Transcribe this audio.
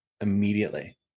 immediately